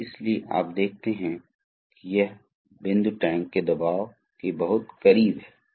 तो वापस आते है तो आप देखते हैं कि जलाशय के कार्यों को दिखाया गया है इसलिए हाइड्रोलिक प्रणाली से जिसे कहते हैं बाफल